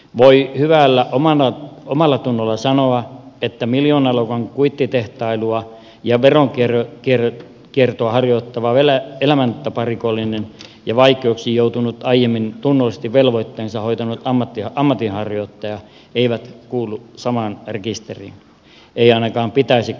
voi hyvällä omallatunnolla sanoa että miljoonaluokan kuittitehtailua ja veronkiertoa harjoittava elämäntaparikollinen ja vaikeuksiin joutunut aiemmin tunnollisesti velvoitteensa hoitanut ammatinharjoittaja eivät kuulu samaan rekisteriin ei ainakaan pitäisi kuulua